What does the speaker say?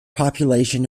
population